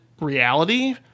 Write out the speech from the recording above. reality